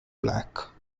black